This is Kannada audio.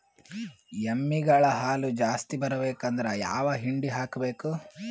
ಎಮ್ಮಿ ಗಳ ಹಾಲು ಜಾಸ್ತಿ ಬರಬೇಕಂದ್ರ ಯಾವ ಹಿಂಡಿ ಹಾಕಬೇಕು?